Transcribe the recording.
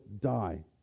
die